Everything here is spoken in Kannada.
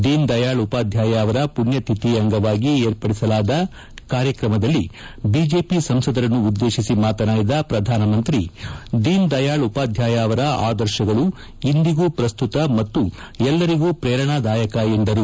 ದೀನ್ ದಯಾಲ್ ಉಪಾಧ್ಯಾಯ ಅವರ ಪುಣ್ಯತಿಧಿ ಅಂಗವಾಗಿ ಏರ್ಪಡಿಸಲಾದ ಕಾರ್ಯಕ್ರಮದಲ್ಲಿ ಬಿಜೆಪಿ ಸಂಸದರನ್ನು ಉದ್ದೇಕಿಸಿ ಮಾತನಾಡಿದ ಪ್ರಧಾನಮಂತ್ರಿ ದೀನ್ ದಯಾಲ್ ಉಪಾಧ್ಯಾಯ ಅವರ ಆದರ್ಶಗಳು ಇಂದಿಗೂ ಪ್ರಸ್ತುತ ಮತ್ತು ಎಲ್ಲರಿಗೂ ಪ್ರೇರಣಾದಾಯಕ ಎಂದರು